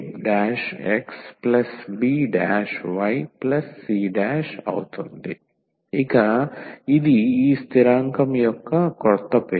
dydxaxbycaxbyc ఇక ఇది ఈ స్థిరాంకం యొక్క క్రొత్త పేరు